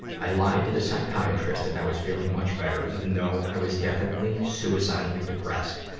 i lied to the psychiatrist that i was feeling much better, even though i was definitely sucidically depressed,